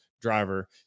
driver